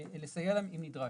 לסייע להם אם נדרש.